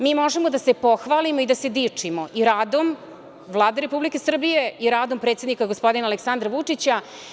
Mi možemo da se pohvalimo i da se dičimo i radom Vlade Republike Srbije i radom predsednika, gospodina Aleksandra Vučića.